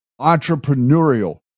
Entrepreneurial